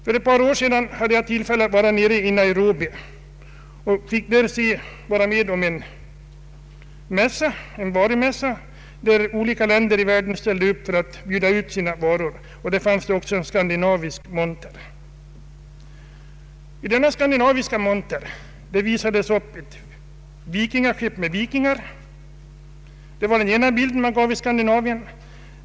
För ett par år sedan hade jag tillfälle att i Kenyas huvudstad Nairobi vara med om en varumässa där olika länder i världen ställde ut vad de hade att bjuda av sina varor. Där fanns också en skandinavisk monter. I denna skandinaviska monter visades upp ett vikingaskepp med vikingar — det var den ena bilden man gav av Skandinavien.